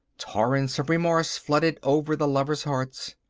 torrents of remorse flooded over the lovers' hearts.